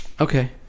Okay